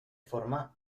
forma